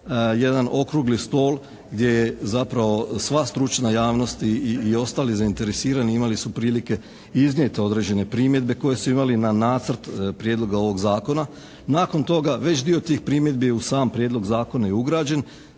jedan okrugli stol gdje je zapravo sva stručna javnost i ostali zainteresirani imali su prilike iznijeti određene primjedbe koje su imali na Nacrt prijedloga ovoga zakona. Nakon toga već dio tih primjedbi je u sam prijedlog zakona i ugrađen.